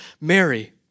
Mary